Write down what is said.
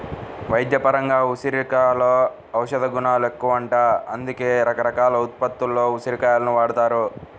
వైద్యపరంగా ఉసిరికలో ఔషధగుణాలెక్కువంట, అందుకే రకరకాల ఉత్పత్తుల్లో ఉసిరి కాయలను వాడతారు